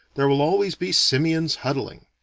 there will always be simians huddling.